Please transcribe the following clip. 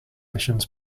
missions